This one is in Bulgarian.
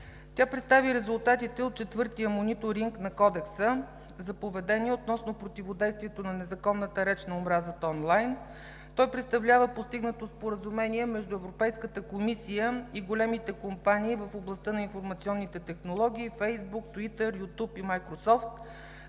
Тя представи резултатите от четвъртия мониторинг на Кодекса за поведение относно противодействието на незаконната реч на омразата онлайн. Той представлява постигнато споразумение между Европейската комисия и големите компании в областта на информационните технологии – Фейсбук, Туитър, Ютюб и Майкрософт.